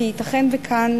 ייתכן שכאן,